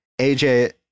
AJ